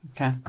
Okay